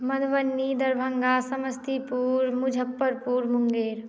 Madhubani Darbhanga Samastipur Muzaffarpur Munger